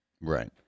Right